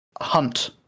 hunt